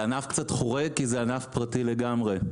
ענף קצת חורק כי זה ענף פרטי לגמרי.